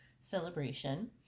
celebration